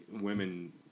women